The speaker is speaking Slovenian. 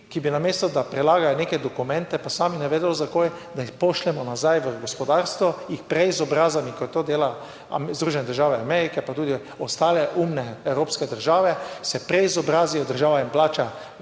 ki bi namesto, da prelagajo neke dokumente, pa sami ne vedo zakaj, da jih pošljemo nazaj v gospodarstvo, jih prej izobrazimo, kot to delajo, Združene države Amerike, pa tudi ostale umne evropske države, se prej izobrazijo, država jim plača,